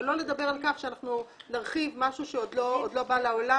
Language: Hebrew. אבל לא לדבר על כך שנרחיב משהו שעוד לא בא לעולם,